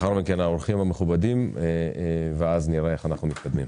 אחריהם האורחים המכובדים ונראה איך אנחנו מתקדמים.